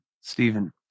Stephen